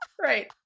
Right